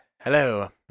Hello